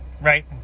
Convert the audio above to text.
right